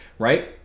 right